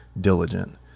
diligent